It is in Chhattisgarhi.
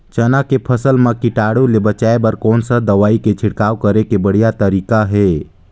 चाना के फसल मा कीटाणु ले बचाय बर कोन सा दवाई के छिड़काव करे के बढ़िया तरीका हे?